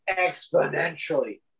exponentially